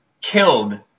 killed